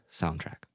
soundtrack